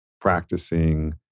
practicing